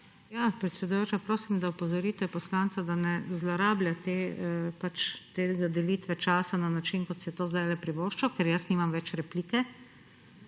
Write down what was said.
Predsedujoča, prosim, da opozorite poslanca, da ne zlorablja te delitve časa na način, kot se je to zdajle privoščil, ker jaz nimam več replike